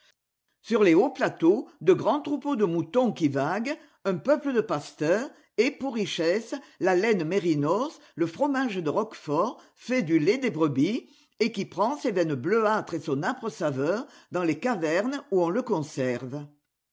sur les hauts plateaux de grands troupeaux de moutons qui vaguent un peuple de pasteurs et pour richesse la laine mérinos le fromage de roquefort fait du lait des brebis et qui prend ses veines bleuâtres et son âpre saveur dans les cavernes où on le conserve